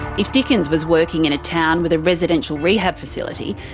if dickens was working in a town with a residential rehab facility,